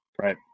right